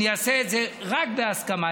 אני אעשה את זה רק בהסכמה.